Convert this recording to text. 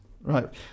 right